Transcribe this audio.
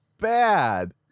bad